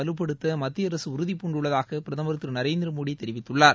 வலுப்படுத்த மத்திய அரசு உறுதி பூண்டுள்ளதாக பிரதமர் திரு நரேந்திரமோடி தெரிவித்துள்ளார்